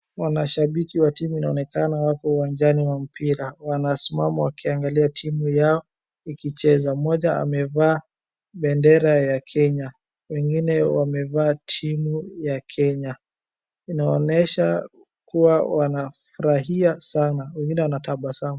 Wanashabiki wa timu inaonekana wako uwanjani wa mpira. Wanasimama wakiangalia timu yao ikicheza. Mmoja amevaa bendera ya Kenya. Wengine wamevaa timu ya Kenya. Inaonyesha kuwa wanafurahia sana. Wengine wanatabasamu.